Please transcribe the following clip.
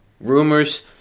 Rumors